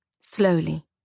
slowly